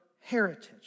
heritage